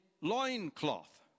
loincloth